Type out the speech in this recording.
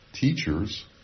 teachers